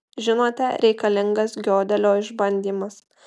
žinote reikalingas giodelio išbandymas